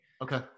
Okay